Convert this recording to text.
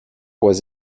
was